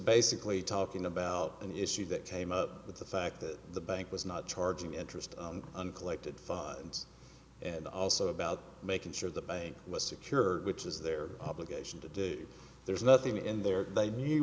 basically talking about an issue that came up with the fact that the bank was not charging interest uncollected thought and also about making sure the bank was secure which is their obligation to do there's nothing in there that they knew